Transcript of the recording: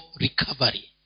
recovery